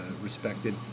respected